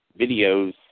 videos